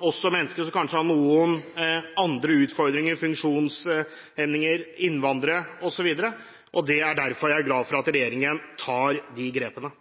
også mennesker som kanskje har noen andre utfordringer, som funksjonshemmede, innvandrere osv. Derfor er jeg glad for at regjeringen tar de grepene.